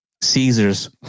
Caesars